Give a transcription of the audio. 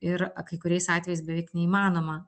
ir a kai kuriais atvejais beveik neįmanoma